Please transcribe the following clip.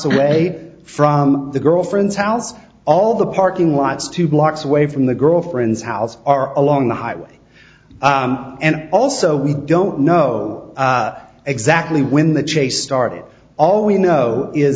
away from the girlfriend's house all the parking lots two blocks away from the girlfriend's house are along the highway and also we don't know exactly when the chase started all we know is